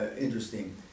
interesting